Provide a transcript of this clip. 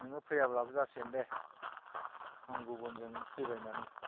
नोङो फैयाब्लाबो जासिगोन दे आं गुबुनजों फैबाय माने